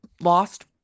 Lost